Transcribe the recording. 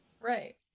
right